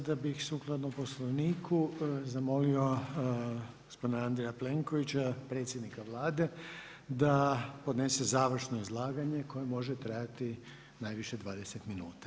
Sada bi sukladno Poslovniku, zamolio, gospodina Andreja Plenkovića, predsjednika Vlade, da podnese završno izlaganje koje može trajati najviše 20 minuta.